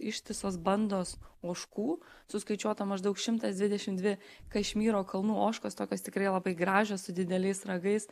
ištisos bandos ožkų suskaičiuota maždaug šimtas dvidešimt dvi kašmyro kalnų ožkos tokios tikrai labai gražios su dideliais ragais